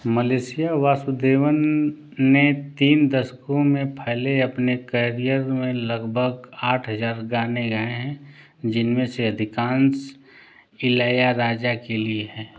Malaysia Vasudevan ने तीन दशकों में फैले अपने केरियर में लगभग आठ हज़ार गाने गाए हैं जिनमें से अधिकांश इलैयाराजा के लिए हैं